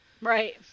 Right